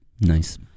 nice